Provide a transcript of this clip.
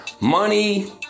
money